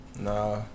nah